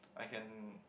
I can